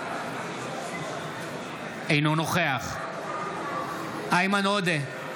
אינו נוכח איימן עודה,